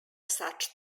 such